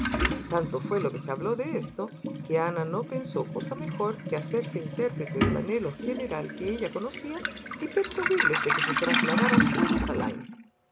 tanto fué lo que se habló de esto que ana no pensó cosa mejor que hacerse intérprete del anhelo general que ella conocía y persuadirles de que se trasladaran todos a